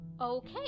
Okay